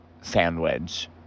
sandwich